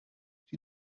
die